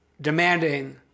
demanding